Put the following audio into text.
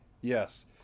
Yes